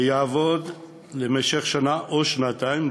ויעבוד במשך שנה או שנתיים,